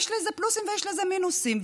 יש לזה פלוסים ויש לזה מינוסים.